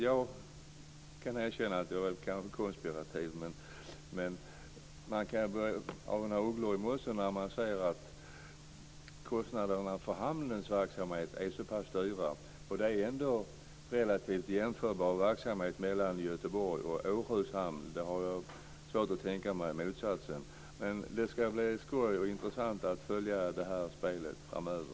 Jag kan erkänna att jag är konspirativ, men man kan börja ana ugglor i mossen när man ser att kostnaderna för hamnens verksamhet är så pass höga. Verksamheterna i Göteborgs och Åhus hamnar är ändå relativt jämförbara. Jag har svårt att tänka mig motsatsen. Det ska bli skoj och intressant att följa detta spel framöver.